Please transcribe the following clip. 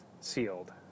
Sealed